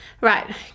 Right